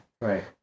Right